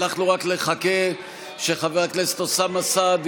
אנחנו רק נחכה שחבר הכנסת אוסאמה סעדי